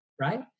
right